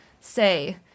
say